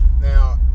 now